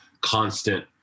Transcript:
constant